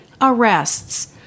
arrests